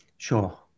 Sure